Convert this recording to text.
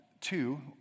Two